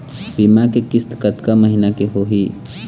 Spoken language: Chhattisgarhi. बीमा के किस्त कतका महीना के होही?